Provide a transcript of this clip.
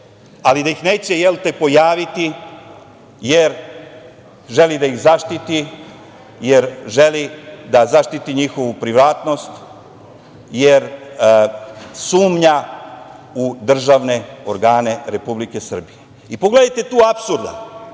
ali da se neće pojaviti, jer želi da ih zaštiti, jer želi da zaštiti njihovu privatnost, jer sumnja u državne organe Republike Srbije. Pogledajte tu apsurda.